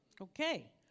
Okay